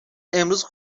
امروز